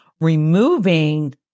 removing